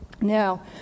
Now